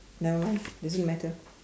nevermind doesn't matter